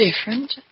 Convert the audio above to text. Different